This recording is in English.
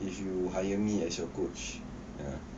if you hire me as your coach ah